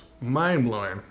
mind-blowing